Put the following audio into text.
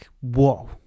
Whoa